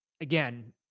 again